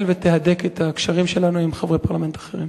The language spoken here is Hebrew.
ותהדק את הקשרים שלנו עם חברי פרלמנט אחרים.